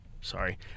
Sorry